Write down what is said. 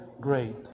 great